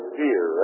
fear